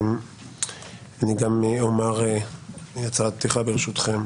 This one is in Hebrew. ברשותכם, גם אני אומר הצהרת פתיחה.